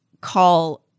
call